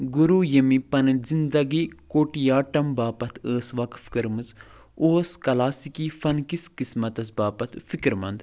گُرو ییٚمۍ پنٕنۍ زنٛدگی کوٹیاٹم باپتھ ٲس وقف کٔرمٕژ اوس کلاسیکی فن کِس قٕسمتَس باپتھ فِکر منٛد